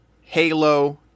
Halo